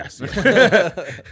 Yes